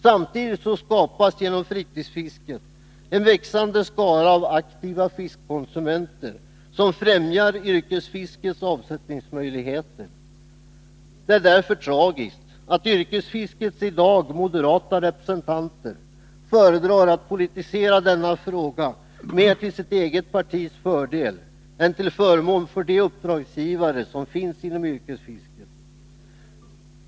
Samtidigt skapas genom fritidsfisket en växande skara aktiva fiskkonsumenter som främjar yrkesfiskets avsättningsmöjligheter. Det är därför tragiskt att yrkesfiskets i dag moderata representanter föredrar att politisera denna fråga, mer till sitt egets partis fördel än till förmån för de uppdragsgivare som finns inom yrkesfisket.